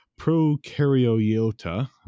Prokaryota